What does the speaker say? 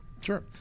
Sure